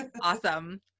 Awesome